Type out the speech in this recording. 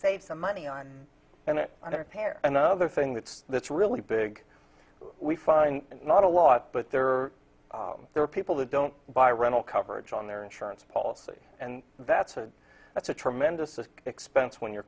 save some money on and on a pair another thing that's that's really big we find not a lot but there are there are people who don't buy rental coverage on their insurance policy and that's a that's a tremendous expense when your